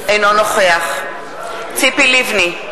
אינו נוכח ציפי לבני,